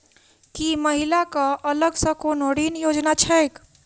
की महिला कऽ अलग सँ कोनो ऋण योजना छैक?